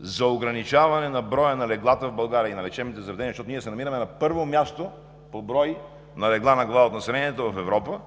за ограничаване на броя на леглата в България и на лечебните заведения, защото ние се намираме на първо място по брой на легла на глава от населението в Европа,